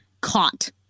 caught